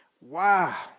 Wow